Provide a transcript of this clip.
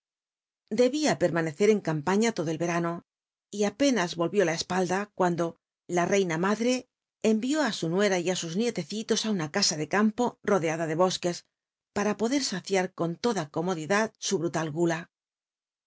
debia permanecer en campana lodo el verano y apénas volvió la espalda cuando la reina matlre en rió á su nuera y it sus nietecitos á una casa de cam po rodeada de bosques para poler saciar con toda comodidad su brulal gula